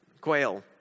quail